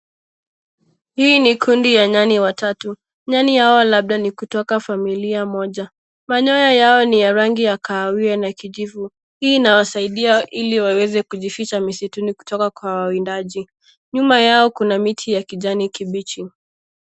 Hii ni kundi ya nyani watatu. Nyani hao labda ni kutoka familia moja. Manyoya yao ni ya rangi ya kahawia na kijivu. Hii inawasaidia ili waweze kujificha misituni kutoka kwa wawindaji. Nyuma yao kuna miti ya kijani kibichi.